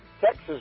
Texas